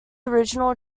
original